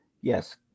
Yes